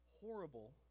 horrible